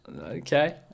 Okay